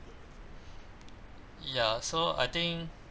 ya so I think